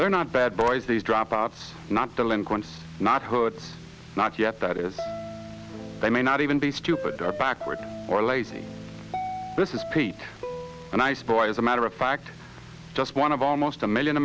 they are not bad boys these dry pots not delinquent not hurt not yet that is they may not even be stupid or backward or lazy this is pete and i spoil as a matter of fact just one of almost a million